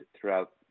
throughout